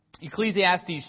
Ecclesiastes